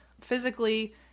physically